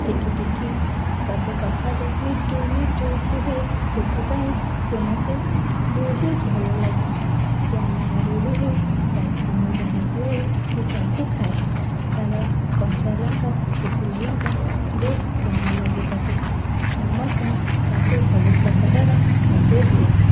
ଟିକି ଟିକି ପଦେ କଥାରେ ମିଟୁ ମିଟୁ କୁହେ ସେଥିପାଇଁ ସେ ମୋତେ ବହୁତ ଭଲ ଲାଗେ ସେ ଆମ ଘରେ ରୁହେ ସେ ଆମେ ଯାହା ଦେଉ ସେ ସବୁ ଖାଏ ତାର କଞ୍ଚା ଲଙ୍କା ଶୁଖିଲା ଲଙ୍କା ବେଶ୍ ଭଲ ଲାଗେ ତାକୁ ମୁଁ ମଧ୍ୟ ତାକୁ ସବୁ ପ୍ରକାରର ଖାଦ୍ୟ ଦିଏ